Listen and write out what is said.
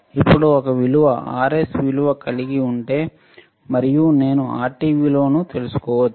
ఇప్పుడు ఒక విలువ Rs విలువ కలిగి ఉంటే మరియు నేను Rt విలువను తెలుసుకోవచ్చు